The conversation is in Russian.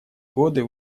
годы